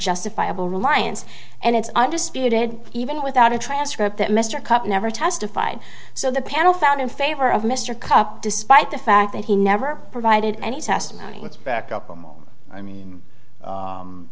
justifiable reliance and it's undisputed even without a transcript that mr kopp never testified so the panel found in favor of mr cupp despite the fact that he never provided any testimony let's back up and i mean